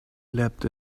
leapt